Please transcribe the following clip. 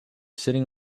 sitting